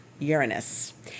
Uranus